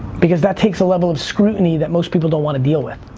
because that takes a level of scrutiny that most people don't wanna deal with.